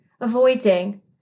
avoiding